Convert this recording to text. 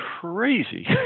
crazy